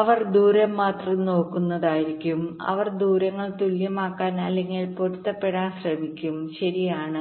അവർ ദൂരം മാത്രം നോക്കുന്നതായിരിക്കും അവർ ദൂരങ്ങൾ തുല്യമാക്കാൻ അല്ലെങ്കിൽ പൊരുത്തപ്പെടുത്താൻ ശ്രമിക്കും ശരിയാണ്